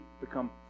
become